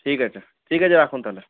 ঠিক আছে ঠিক আছে রাখুন তাহলে